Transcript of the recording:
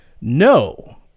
no